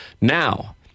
now